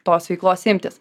tos veiklos imtis